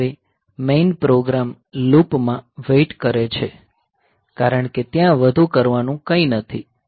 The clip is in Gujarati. અને હવે મેઈન પ્રોગ્રામ લૂપ માં વેઇટ કરે છે કારણ કે ત્યાં વધુ કરવાનું કંઈ નથી